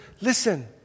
listen